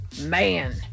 Man